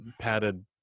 padded